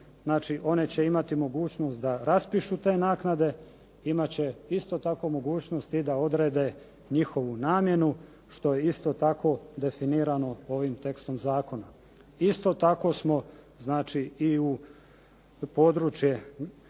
one će imati mogućnost da raspišu te naknade, imat će isto tako mogućnost i da odrede njihovu namjenu što je isto tako definirano ovim tekstom zakona. Isto tako smo znači i u područje